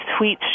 tweets